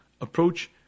approach